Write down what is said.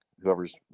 whoever's